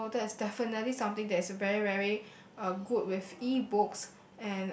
so that's definitely something that's very very uh good with e-books